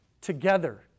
together